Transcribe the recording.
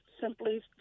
simply –